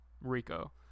Rico